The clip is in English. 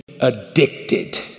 addicted